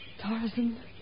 Tarzan